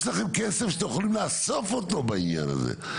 יש לכם כסף שאתם יכולים לאסוף אותו בעניין הזה,